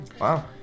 Wow